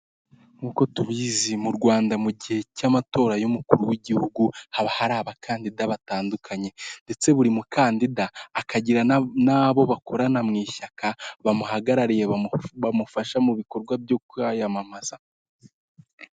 Nkuko tubizi mu Rwanda mu gihe cy'amatora y'umukuru w'igihugu haba hari abakandida batandukanye ndetse buri mukandida akagira nabo bakorana mu ishyaka bamuhagarariye bamufasha mu bikorwa byo kwiyamamaza .